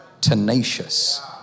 tenacious